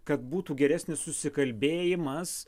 kad būtų geresnis susikalbėjimas